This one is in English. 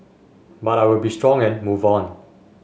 but I will be strong and move on